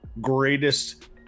greatest